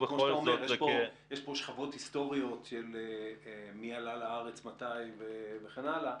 יש כאן שכבות היסטוריות של מי עלה לארץ ומתי וכן הלאה.